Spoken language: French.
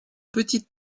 petite